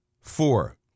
Four